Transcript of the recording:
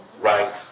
right